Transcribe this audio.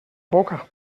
boca